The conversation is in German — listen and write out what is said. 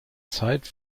zeit